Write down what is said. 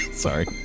Sorry